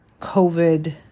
covid